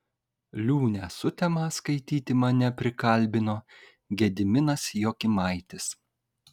liūnę sutemą skaityti mane prikalbino gediminas jokimaitis